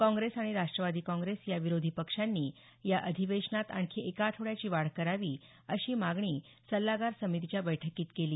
काँग्रेस आणि राष्ट्रवादी काँग्रेस या विरोधी पक्षांनी या अधिवेशनात आणखी एका आठवड्याची वाढ करावी अशी मागणी सल्लागार समितीच्या बैठकीत केली